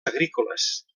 agrícoles